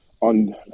on